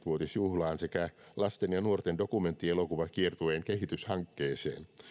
vuotisjuhlaan sekä lasten ja nuorten dokumenttielokuvakiertueen kehityshankkeeseen